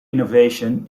innovation